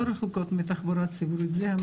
זה לא שהן רחוקות מתחבורה ציבורית.